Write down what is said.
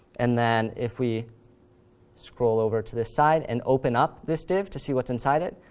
and then if we scroll over to the side and open up this div to see what's inside it,